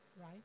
right